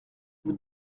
vous